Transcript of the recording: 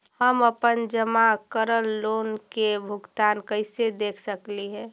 हम अपन जमा करल लोन के भुगतान कैसे देख सकली हे?